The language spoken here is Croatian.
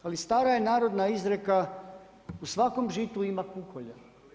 Ali, stara je narodna izreka, u svakom žitu ima kukolje.